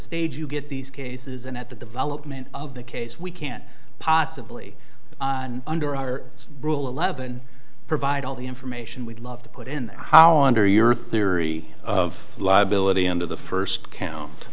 stage you get these cases and at the development of the case we can't possibly under our rule eleven provide all the information we'd love to put in there how under your theory of liability under the first count